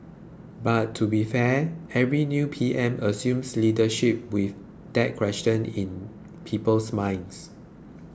but to be fair every new PM assumes leadership with that question in people's minds